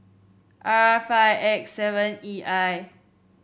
R five X seven E I